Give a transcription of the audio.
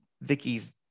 vicky's